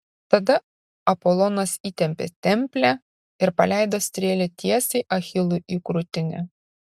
tada apolonas įtempė templę ir paleido strėlę tiesiai achilui į krūtinę